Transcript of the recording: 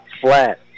flat